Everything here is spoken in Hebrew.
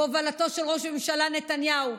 בהובלתו של ראש הממשלה נתניהו,